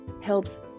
helps